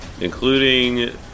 Including